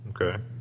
okay